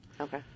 Okay